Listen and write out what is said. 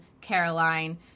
Caroline